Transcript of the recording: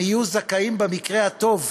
הם יהיו זכאים, במקרה הטוב,